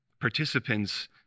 participants